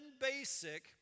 basic